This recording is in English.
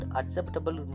acceptable